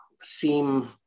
seem